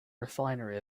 refinery